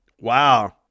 Wow